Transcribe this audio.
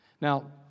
Now